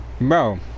bro